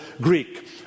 Greek